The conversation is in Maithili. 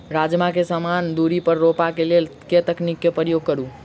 राजमा केँ समान दूरी पर रोपा केँ लेल केँ तकनीक केँ प्रयोग करू?